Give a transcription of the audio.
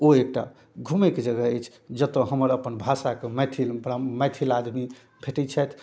ओ एकटा घुमैके जगह अछि जतऽ हमर अपन भाषाके मैथिल मैथिल आदमी भेटै छथि